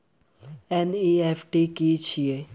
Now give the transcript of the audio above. NEFT की छीयै?